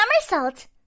somersault